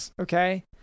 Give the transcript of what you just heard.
Okay